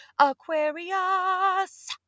Aquarius